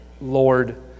Lord